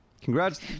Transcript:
Congrats